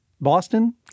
Boston